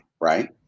right